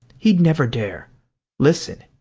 he'd never dare listen!